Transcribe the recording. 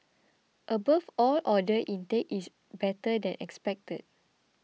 above all order intake is better than expected